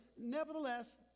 Nevertheless